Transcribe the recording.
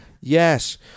yes